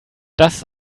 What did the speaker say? das